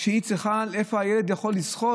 איפה הילד יכול לזחול.